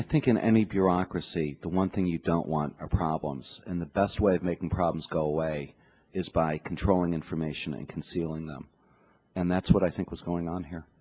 i think in any bureaucracy the one thing you don't want our problems in the best way of making problems go away is by controlling information and concealing them and that's what i think was going on here